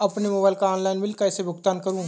अपने मोबाइल का online bill कैसे भुगतान करूं?